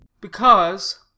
Because